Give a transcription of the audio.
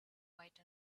white